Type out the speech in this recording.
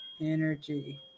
energy